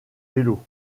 vélos